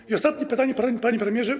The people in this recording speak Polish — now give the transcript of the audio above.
I ostatnie pytanie, panie premierze.